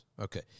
Okay